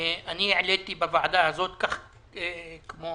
העליתי בוועדה הזאת, כמו